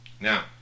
Now